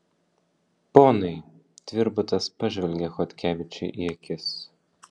ponai tvirbutas pažvelgia chodkevičiui į akis